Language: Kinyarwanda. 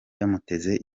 yamuteze